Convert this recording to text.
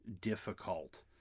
difficult